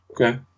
okay